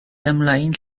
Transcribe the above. ymlaen